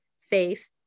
Faith